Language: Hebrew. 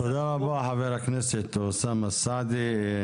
תודה רבה חבר הכנסת אוסאמה סעדי.